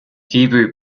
hebrew